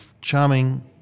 charming